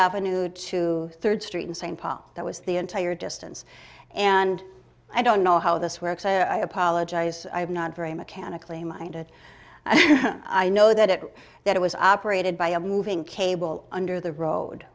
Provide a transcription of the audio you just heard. avenue to third street in st paul that was the entire distance and i don't know how this works i apologize i'm not very mechanically minded i know that that it was operated by a moving cable under the road